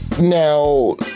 Now